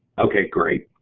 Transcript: okay, great.